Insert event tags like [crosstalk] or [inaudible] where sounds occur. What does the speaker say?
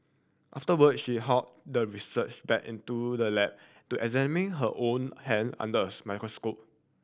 afterward she hauled the researcher back into the lab to examine her own hand under a [unintelligible] microscope